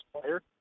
player